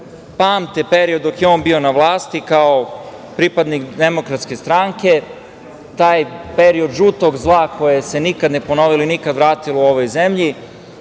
pamte period dok je on bio na vlasti kao pripadnik DS. Taj period žutog zla koje se nikad ne ponovilo i nikad vratilo u ovoj zemlji,